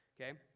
Okay